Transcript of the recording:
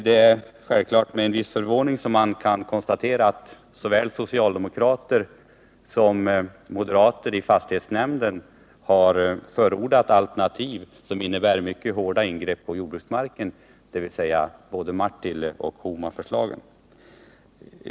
Det är självfallet med en viss förvåning som jag konstaterar att såväl socialdemokrater som moderater i fastighetsnämnden har förordat alternativ som innebär mycket hårda ingrepp på jordbruksmarken, dvs. både förslaget om Martille och förslaget om Homa.